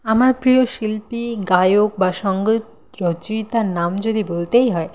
আমার প্রিয় শিল্পী গায়ক বা সঙ্গীত রচয়িতার নাম যদি বলতেই হয়